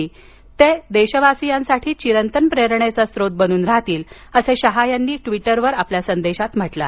भगतसिंग हे देशवासीयांसाठी चिरंतन प्रेरणेचा स्रोत बनून राहतील असं शहा यांनी आपल्या ट्वीटरवर आपल्या संदेशात म्हटलं आहे